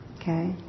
okay